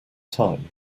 time